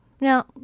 Now